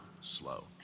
slow